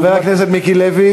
חבר הכנסת מיקי לוי,